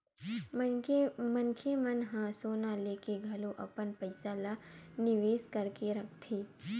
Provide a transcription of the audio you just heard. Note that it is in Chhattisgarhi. मनखे मन ह सोना लेके घलो अपन पइसा ल निवेस करके रखथे